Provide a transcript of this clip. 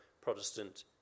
Protestant